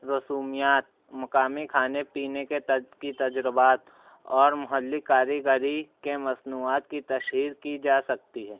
رسومیات مقامی کھانے پینے کی تجربات اور محلی کاریگری کے مصنوعات کی تشہیر کی جاسکتی ہے